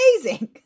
amazing